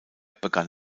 begann